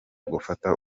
gufata